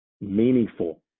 meaningful